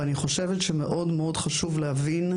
אני חושבת שמאוד מאוד חשוב להבין,